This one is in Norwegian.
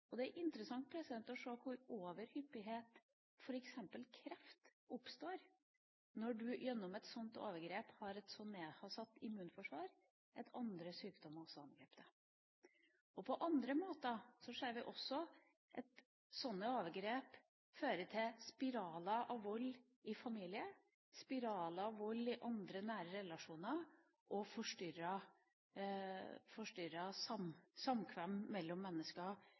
Det er interessant å se hvordan overhyppighet oppstår – f.eks. av kreft – når en på grunn av et slikt overgrep har så nedsatt immunforsvar at andre sykdommer også angriper en. Vi ser at slike overgrep på andre måter også fører til spiraler av vold i familier, spiraler av vold i andre nære relasjoner og forstyrrer samkvem mellom mennesker